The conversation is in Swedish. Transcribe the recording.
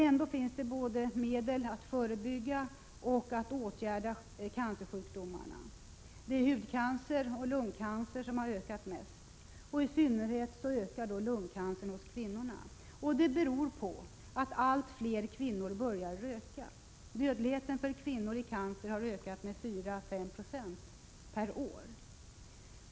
Ändå finns medel att både förebygga och åtgärda cancersjukdomarna. Det är hudcancer och lungcancer som har ökat mest. I synnerhet ökar lungcancer hos kvinnorna. Det beror på att allt fler kvinnor börjar röka. Dödligheten för kvinnor i cancer har ökat med 4—5 96 per år.